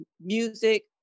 music